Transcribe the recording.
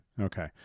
okay